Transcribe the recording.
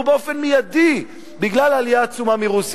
באופן מיידי בגלל העלייה העצומה מרוסיה.